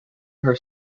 her